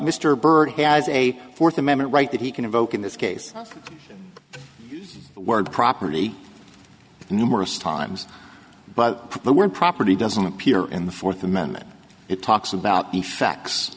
mr byrd has a fourth amendment right that he can invoke in this case the word property numerous times but but when property doesn't appear in the fourth amendment it talks about